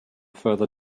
further